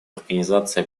организации